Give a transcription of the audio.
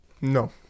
No